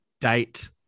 date